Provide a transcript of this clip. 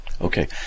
okay